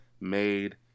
made